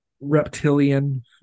reptilian